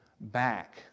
back